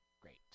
Great